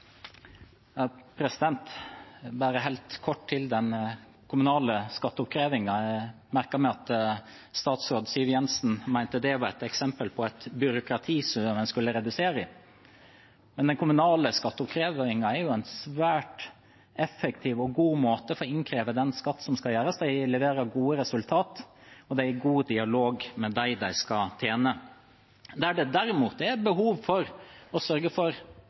helt kort si noe om den kommunale skatteoppkrevingen. Jeg merket meg at statsråd Siv Jensen mente det var et eksempel på byråkrati en skulle redusere i, men den kommunale skatteoppkrevingen er en svært effektiv og god måte for å innkreve skatt. De leverer gode resultater, og de har god dialog med dem de skal tjene. Der det derimot er behov for å sørge for